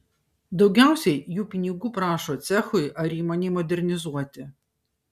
daugiausiai jų pinigų prašo cechui ar įmonei modernizuoti